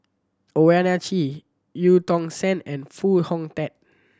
Owyang Chi Eu Tong Sen and Foo Hong Tatt